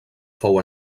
fou